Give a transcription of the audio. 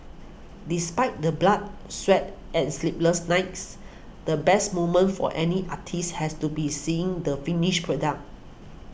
despite the blood sweat and sleepless nights the best moment for any artist has to be seeing the finished product